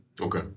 Okay